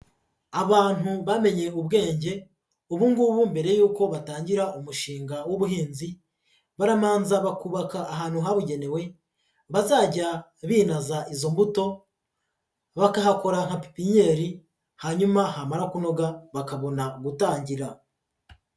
Abantu bamenye ubwenge ubu ngubu mbere y'uko batangira umushinga w'ubuhinzi barabanza bakubaka ahantu habugenewe bazajya binaza izo mbuto, bakahakora nka pipinyeri hanyuma hamara kunoga bakabona gutangira.